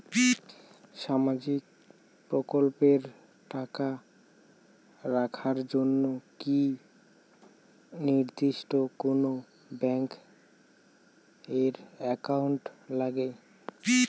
সামাজিক প্রকল্পের টাকা পাবার জন্যে কি নির্দিষ্ট কোনো ব্যাংক এর একাউন্ট লাগে?